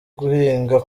guhinga